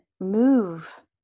move